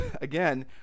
again